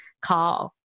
call